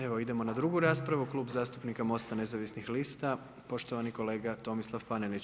Evo idemo na drugu raspravu, Klub zastupnika MOST-a nezavisnih lista poštovani kolega Tomislav Panenić.